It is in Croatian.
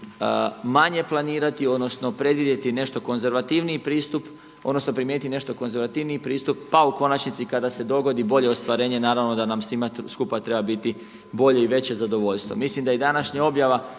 manje planirati odnosno predvidjeti nešto konzervativniji pristup odnosno primijeniti nešto konzervativniji pristup, pa u konačnici kada se dogodi bolje ostvarenje naravno da nam svima skupa treba biti bolje i veće zadovoljstvo. Mislim da i današnja objava